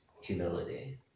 humility